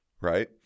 right